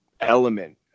element